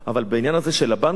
אבל בעניין הזה של הבנקים,